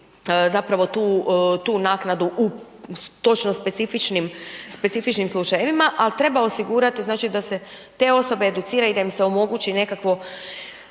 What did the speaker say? zapravo tu naknadu u točno specifičnim slučajevima ali treba osigurati znači da se te osobe educiraju i da im se omogući nekakvo,